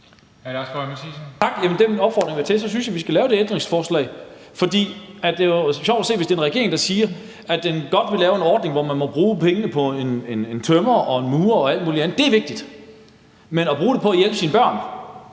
Jamen med den opfordring synes jeg, vi skal lave det ændringsforslag. For det vil jo være sjovt at se, hvis det er en regering, der siger, at den godt vil lave en ordning, hvor man må bruge pengene på en tømrer og en murer og alt muligt andet – at det er vigtigt – men at bruge dem på at hjælpe sine børn